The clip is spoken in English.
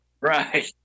Right